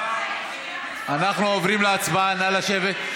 אנחנו עוברים להצבעה, נא לשבת.